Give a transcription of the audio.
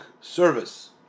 service